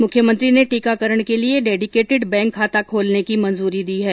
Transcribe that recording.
मुख्यमंत्री ने टीकाकरण के लिए डेडिकेटेड बैंक खाता खोलने की मंजूरी दी है